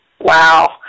Wow